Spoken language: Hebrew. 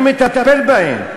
אני מטפל בהם,